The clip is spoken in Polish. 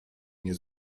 nie